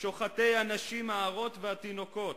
שוחטי הנשים ההרות והתינוקות,